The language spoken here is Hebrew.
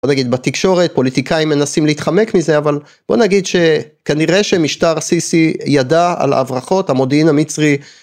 בוא נגיד, בתקשורת פוליטיקאים מנסים להתחמק מזה, אבל בוא נגיד שכנראה שמשטר סיסי ידע על ההברחות, המודיעין המצרי